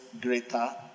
greater